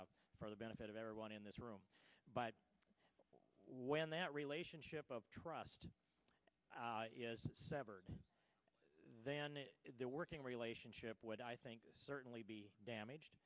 for the benefit of everyone in this room when that relationship of trust is severed then the working relationship would i think certainly be damaged